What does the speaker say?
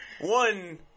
one